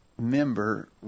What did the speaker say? member